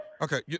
okay